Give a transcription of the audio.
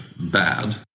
bad